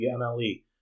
MLE